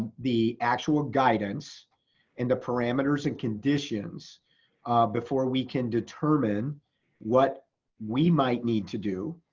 the actual guidance and the parameters and conditions before we can determine what we might need to do.